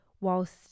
whilst